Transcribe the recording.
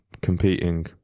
competing